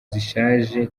zishaje